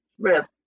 Smith